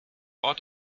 ort